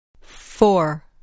Four